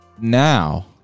Now